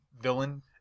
villain